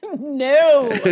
No